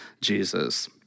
Jesus